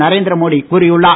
நரேந்திரமோடி கூறியுள்ளார்